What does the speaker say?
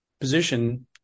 position